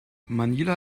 manila